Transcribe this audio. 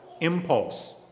Impulse